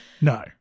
No